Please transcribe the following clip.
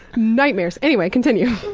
nightmares. anyway, continue.